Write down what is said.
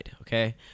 okay